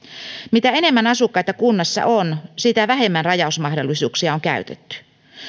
mitä enemmän asukkaita kunnassa on sitä vähemmän rajausmahdollisuuksia on käytetty